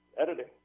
editing